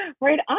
Right